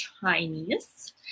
Chinese